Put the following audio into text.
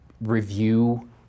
review